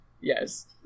yes